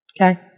Okay